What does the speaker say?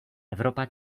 evropa